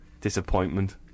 disappointment